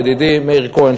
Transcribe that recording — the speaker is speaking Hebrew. ידידי מאיר כהן,